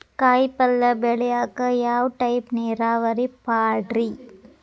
ಕಾಯಿಪಲ್ಯ ಬೆಳಿಯಾಕ ಯಾವ ಟೈಪ್ ನೇರಾವರಿ ಪಾಡ್ರೇ?